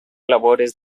labores